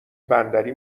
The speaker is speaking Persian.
بندری